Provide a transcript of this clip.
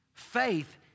Faith